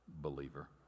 believer